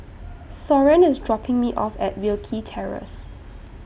Soren IS dropping Me off At Wilkie Terrace